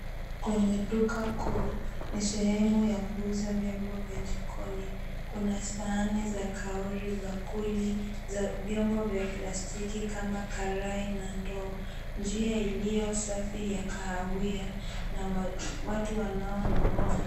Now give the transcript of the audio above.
Kwenye duka kuu, ni sehemu ya kuuza vyombo vya jikoni. Kuna sahani za kauri, bakuli, vyombo vya plastiki kama karai na ndoo. Njia safi iliyo ya kahawia na watu wanao kununua.